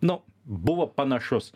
nu buvo panašus